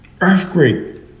earthquake